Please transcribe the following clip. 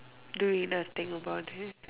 doing nothing about it